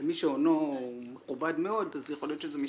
למי שהונו מכובד מאוד יכול להיות שזה משתלם.